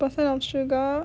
percent of sugar